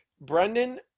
Brendan